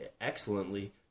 excellently